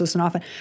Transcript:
often